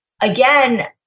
again